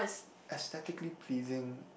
aesthetically pleasing